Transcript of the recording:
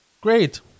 great